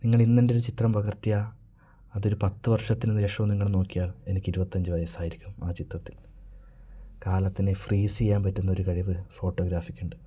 നിങ്ങളിന്നെൻ്റെ ഒരു ചിത്രം പകർത്തിയാൽ അതൊരു പത്ത് വർഷത്തിന് ശേഷം നിങ്ങൾ നോക്കിയാൽ എനിക്ക് ഇരുപത്തഞ്ച് വയസ്സായിരിക്കും ആ ചിത്രത്തിന് കാലത്തിനെ ഫ്രീസ് ചെയ്യാൻ പറ്റുന്നൊരു കഴിവ് ഫോട്ടോഗ്രാഫിക്കുണ്ട്